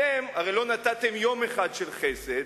אתם הרי לא נתתם יום אחד של חסד,